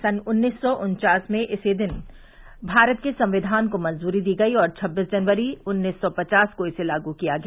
सन् उन्नीस सौ उन्वास में इसी दिन भारत के संविघान को मंजूरी दी गयी और छब्बीस जनवरी उन्नीस सौ पवास को इसे लागू किया गया